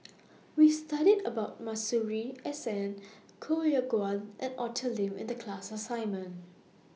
We studied about Masuri S N Koh Yong Guan and Arthur Lim in The class assignment